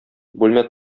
бүлмә